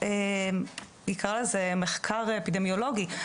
אני אקרא לזה מחקר אפידמיולוגי,